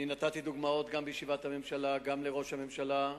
נתתי דוגמאות גם בישיבת הממשלה וגם לראש הממשלה.